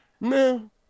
No